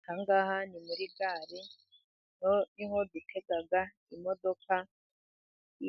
Ahangaha ni muri gare, niho dutega imodoka